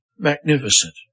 Magnificent